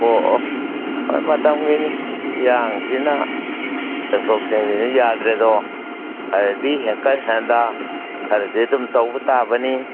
ꯑꯣ ꯑꯣ ꯍꯣꯏ ꯃꯇꯝꯒꯤꯅꯤ ꯏꯔꯥꯡꯁꯤꯅ ꯆꯪꯊꯣꯛ ꯆꯪꯖꯤꯟꯁꯨ ꯌꯥꯗ꯭ꯔꯦꯗꯣ ꯑꯗꯗꯤ ꯍꯦꯟꯀꯠ ꯍꯦꯟꯗꯥ ꯈꯔꯗꯤ ꯑꯗꯨꯝ ꯇꯧꯕ ꯇꯥꯕꯅꯤ